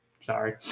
Sorry